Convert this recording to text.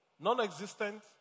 Non-existent